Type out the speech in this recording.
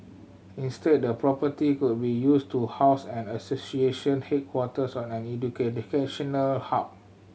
instead the property could be used to house an association headquarters or an educational hub